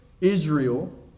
Israel